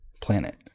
Planet